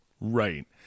Right